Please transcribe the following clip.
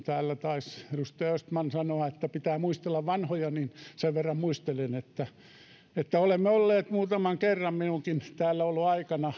täällä taisi edustaja östman sanoa että pitää muistella vanhoja niin sen verran muistelen jossa olemme muutaman kerran minunkin täälläoloaikana